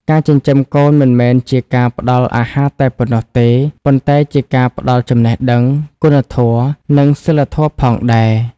ការចិញ្ចឹមកូនមិនមែនជាការផ្ដល់អាហារតែប៉ុណ្ណោះទេ ប៉ុន្តែជាការផ្ដល់ចំណេះដឹង គុណធម៌ និងសីលធម៌ផងដែរ។